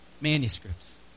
manuscripts